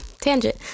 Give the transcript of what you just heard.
tangent